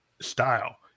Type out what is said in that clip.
style